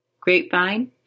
Grapevine